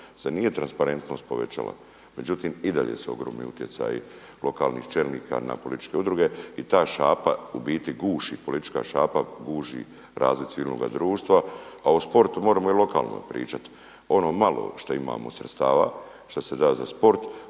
se nije transparentnost povećala. Međutim i dalje su ogromni utjecaji lokalnih čelnika na političke udruge i ta šapa u biti guši politička šapa guši razvoj civilnoga društva, a o sportu moremo i lokalno pričati. Ono malo što imamo sredstava šta se da za sport